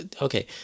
Okay